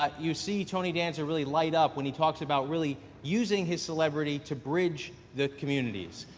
ah you see, tony danza really light up when he talks about really using his celebrity to bridge the communities.